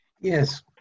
Yes